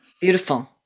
Beautiful